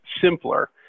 simpler